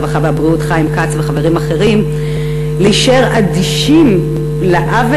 הרווחה והבריאות חיים כץ וחברים אחרים להישאר אדישים לעוול